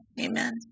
Amen